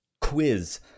quiz